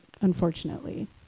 unfortunately